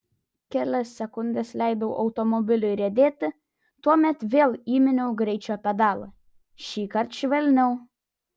kelias sekundes leidau automobiliui riedėti tuomet vėl įminiau greičio pedalą šįkart švelniau